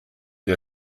der